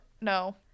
No